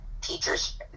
teachers